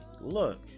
look